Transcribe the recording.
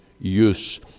use